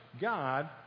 God